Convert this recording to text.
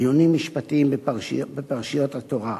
עיונים משפטיים בפרשיות התורה".